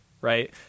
Right